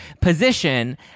position